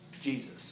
Jesus